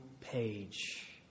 page